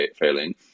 failing